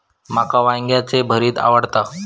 माका वांग्याचे भरीत आवडता